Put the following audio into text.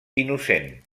innocent